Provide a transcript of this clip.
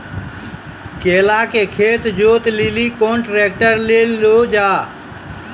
केला के खेत जोत लिली केना ट्रैक्टर ले लो जा?